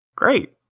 Great